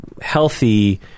healthy